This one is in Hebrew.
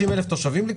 מעל 160,000 תושבים?